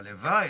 הלוואי.